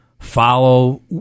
Follow